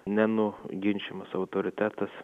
nenuginčijamas autoritetas